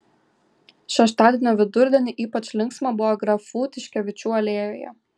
šeštadienio vidurdienį ypač linksma buvo grafų tiškevičių alėjoje